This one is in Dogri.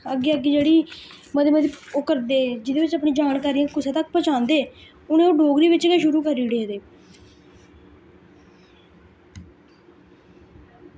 अग्गे अग्गे जेह्ड़ी मती मती ओह् करदे जिदे विच अपनी जानकारियां कुसे तक पजांदे उ'नै ओह् डोगरी विच गै शुरू करी ओड़े दे